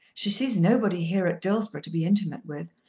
she sees nobody here at dillsborough to be intimate with.